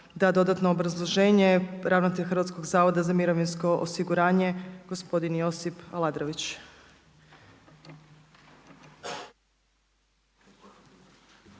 da dodatno obrazloženje, ravnatelj Hrvatskog zavoda za mirovinsko osiguranje gospodin Josip Aladrović.